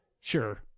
Sure